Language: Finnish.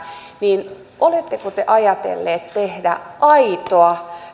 niin oletteko te ajatelleet tehdä aitoa